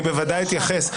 ודאי אתייחס.